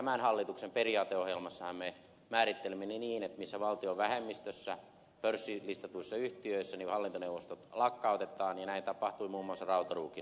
tämän hallituksen periaateohjelmassahan me määrittelemme ne niin että missä valtio on vähemmistössä pörssilistatuissa yhtiöissä hallintoneuvostot lakkautetaan ja näin tapahtui muun muassa rautaruukin osalta